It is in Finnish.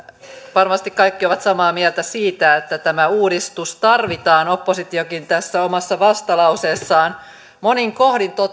varmasti kaikki ovat samaa mieltä siitä että tämä uudistus tarvitaan oppositiokin tässä omassa vastalauseessaan monin kohdin